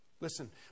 Listen